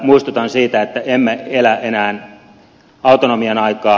muistutan siitä että emme elä enää autonomian aikaa